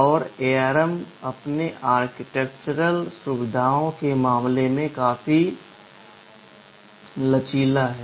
ARM अपने architectural सुविधाओं के मामले में काफी लचीला है